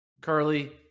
Curly